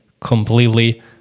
completely